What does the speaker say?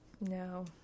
No